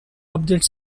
updates